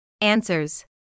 Answers